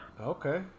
Okay